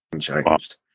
changed